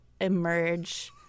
emerge